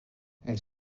elles